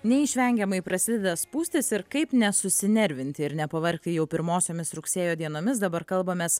neišvengiamai prasideda spūstys ir kaip nesusinervinti ir nepavargti jau pirmosiomis rugsėjo dienomis dabar kalbamės